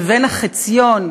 לבין החציון: